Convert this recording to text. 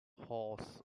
house